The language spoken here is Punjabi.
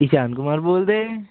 ਇਸਾਨ ਕੁਮਾਰ ਬੋਲਦੇ